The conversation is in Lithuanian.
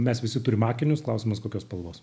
mes visi turim akinius klausimas kokios spalvos